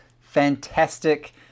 fantastic